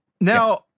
Now